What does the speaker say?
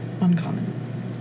Uncommon